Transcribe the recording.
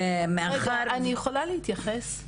מאחר -- אני יכולה להתייחס?